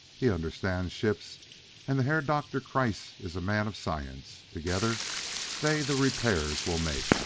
he understands ships and the herr doktor kreiss iss a man of science together they the repairs will make.